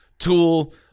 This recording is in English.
Tool